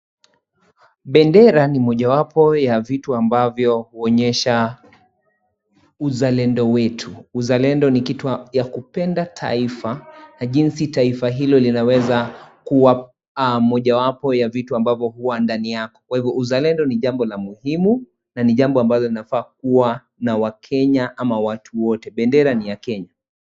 Bendera ni moja wapo ya vitu ambavyo huonyesha uzalendo wetu. Uzalendo ni kitu ya kupenda taifa, ajinsi taifa hilo linaweza kuwa moja wapo ya vitu ambavyo huwa ndaniyako. Kwa hivyo uzalendo ni jambo la muhimu na ni jambo ambalo linafaa kuwa na waKenya ama watu wote. Bendera ni ya Kenya.